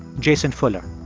jason fuller.